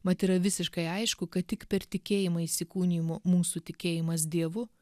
mat yra visiškai aišku kad tik per tikėjimą įsikūnijimu mūsų tikėjimas dievu